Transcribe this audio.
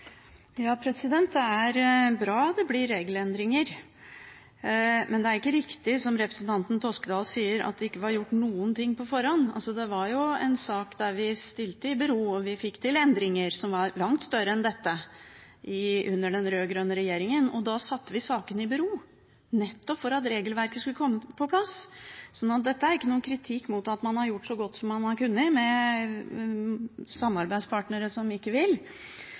bra det blir regelendringer. Men det er ikke riktig, som representanten Toskedal sier, at det ikke var gjort noe på forhånd. Det var en situasjon der vi stilte saker i bero, og vi fikk til endringer som var langt større enn dette under den rød-grønne regjeringen. Da satte vi sakene i bero, nettopp for at regelverket skulle komme på plass. Så dette er ikke noen kritikk av at man har gjort så godt som man har kunnet med samarbeidspartnere som ikke vil.